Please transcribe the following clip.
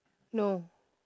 no